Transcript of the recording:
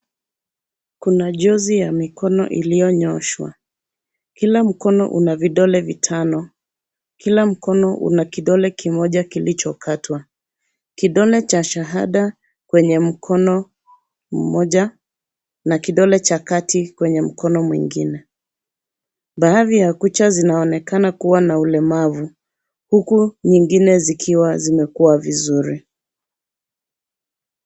Kuna jozi ya mikono iliyonyoshwa. Kila mkono una vidole vitano. Kila mkono una kidole kimoja kilichokatwa. Kidole cha shahada kwenye mkono mmoja, na kidole cha kati kwenye mkono mwingine. Baadhi ya kucha zinaonekana kuwa na ulemavu, huku nyingine zikiwa zimekua vizuri.